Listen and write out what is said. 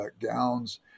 gowns